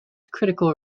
critical